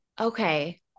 Okay